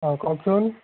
অঁ কওকচোন